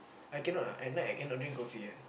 I cannot ah at night I cannot drink coffee ah